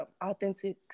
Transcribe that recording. authentic